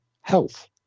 health